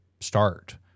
start